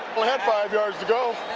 had five yards to go.